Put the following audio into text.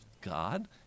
God